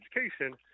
education